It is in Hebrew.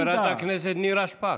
חברת הכנסת נירה שפק.